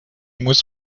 muss